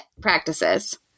practices